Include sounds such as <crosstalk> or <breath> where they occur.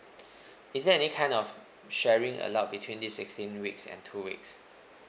<breath> is there any kind of sharing allowed between this sixteen weeks and two weeks